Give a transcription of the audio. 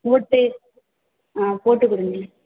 போட்டு ஆ போட்டுக் கொடுங்க